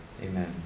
Amen